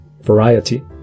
variety